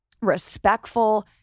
respectful